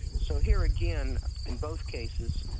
so here again in both cases,